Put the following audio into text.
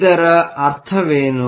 ಇದರ ಅರ್ಥವೇನು